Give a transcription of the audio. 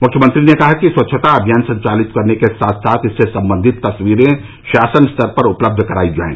मुख्यमंत्री ने कहा कि स्वच्छता अभियान संचालित करने के साथ साथ इससे सम्बंधित तस्वीरें शासन स्तर पर उपलब्ध कराई जाएं